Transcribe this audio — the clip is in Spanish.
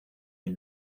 del